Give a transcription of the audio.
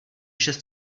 šest